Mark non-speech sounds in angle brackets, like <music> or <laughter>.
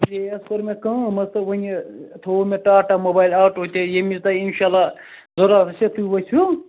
<unintelligible> حظ کٔر مےٚ کٲم حظ تہٕ وَنہِ تھُوٚو مےٚ ٹا ٹا موبایِل آٹو تہِ ییٚمہِ وِزِ تۄہہِ انشاء اللہ ضروٗرت آسہِ تۄہہِ ؤسِو